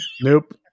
Nope